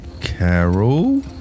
Carol